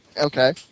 Okay